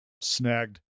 Snagged